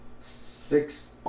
six